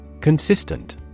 Consistent